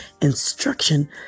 instruction